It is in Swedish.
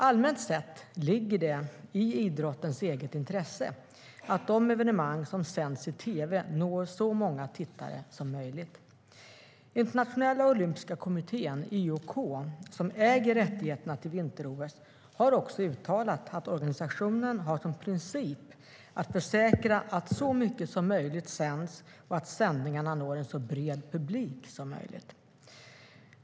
Allmänt sett ligger det i idrottens eget intresse att de evenemang som sänds i tv når så många tittare som möjligt. Internationella olympiska kommittén , som äger rättigheterna till vinter-OS, har också uttalat att organisationen har som princip att försäkra att så mycket som möjligt sänds och att sändningarna når en så bred publik som möjligt.